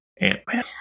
Ant-Man